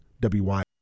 WY